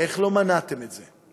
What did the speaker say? איך לא מנעתם את זה?